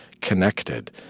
connected